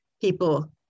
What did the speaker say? People